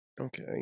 Okay